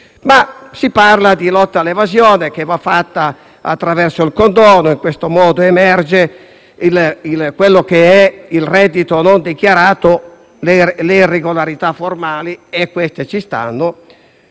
Ma si parla di lotta all'evasione, che va fatta attraverso il condono: in questo modo emerge il reddito non dichiarato e le irregolarità formali, e queste ci stanno.